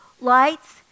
lights